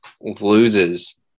loses